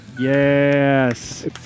Yes